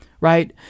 right